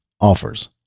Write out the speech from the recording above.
offers